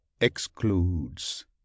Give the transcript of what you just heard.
excludes